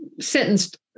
sentenced